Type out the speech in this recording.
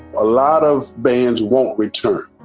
a lot of bands won't return.